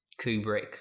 Kubrick